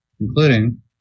including